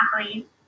athletes